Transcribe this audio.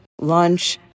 lunch